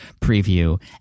preview